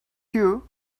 you